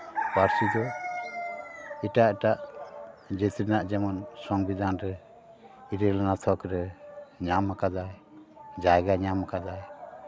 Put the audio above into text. ᱯᱟᱹᱨᱥᱤ ᱫᱚ ᱮᱴᱟᱜ ᱮᱴᱟᱜ ᱡᱟᱹᱛ ᱨᱮᱱᱟᱜ ᱡᱮᱢᱚᱱ ᱥᱚᱝᱵᱤᱫᱷᱟᱱ ᱨᱮ ᱤᱨᱟᱹᱞ ᱟᱱᱟᱜ ᱛᱷᱚᱠ ᱨᱮ ᱧᱟᱢ ᱠᱟᱫᱟᱭ ᱡᱟᱭᱜᱟ ᱧᱟᱢ ᱠᱟᱫᱟᱭ